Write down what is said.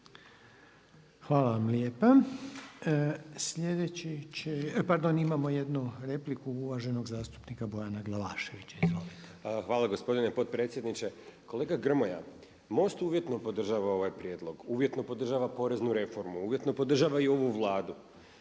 Hvala vam lijepa. Imamo jednu repliku uvaženog zastupnika Bojana Glavaševića. Izvolite. **Glavašević, Bojan (SDP)** Hvala gospodine potpredsjedniče. Kolega Grmoja, MOST uvjetno podržava ovaj prijedlog, uvjetno podržava poreznu reformu, uvjetno podržava i ovu Vladu,